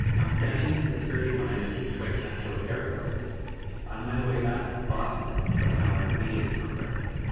i'm standing in the security line at the detroit metro airport on my way back to boston from the allied media conference,